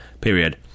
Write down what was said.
period